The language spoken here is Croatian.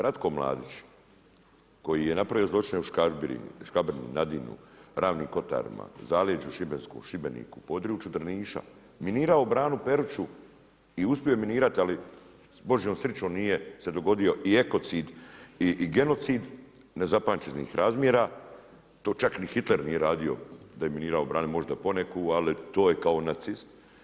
Ratko Mladić koji je napravio zločine u Škabrnji, Nadinu, Ravnim kotarima, zaleđu šibenskom, Šibenku, području Drniša, minirao branu Peruću i uspio je minirati, ali s božjom srićom nije se dogodio i ekocid i genocid nepamćenih razmjera, to čak ni Hitler nije radio da je minirao branu, možda poneku, ali to je kao nacist.